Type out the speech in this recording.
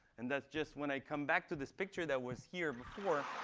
and that's just when i come back to this picture that was here before,